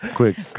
quick